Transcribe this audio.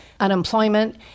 Unemployment